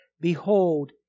Behold